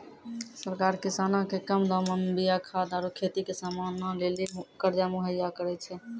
सरकार किसानो के कम दामो मे बीया खाद आरु खेती के समानो लेली कर्जा मुहैय्या करै छै